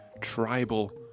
tribal